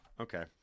Okay